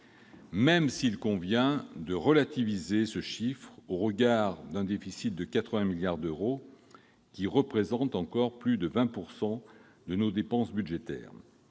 Même s'il convient de relativiser ce chiffre au regard d'un déficit de 80 milliards d'euros, qui représente encore plus de 20 % de nos dépenses budgétaires,